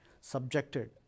subjected